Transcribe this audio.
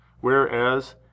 whereas